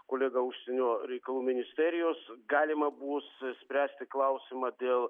kolega užsienio reikalų ministerijos galima bus spręsti klausimą dėl